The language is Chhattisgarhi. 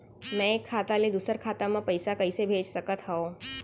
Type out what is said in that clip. मैं एक खाता ले दूसर खाता मा पइसा कइसे भेज सकत हओं?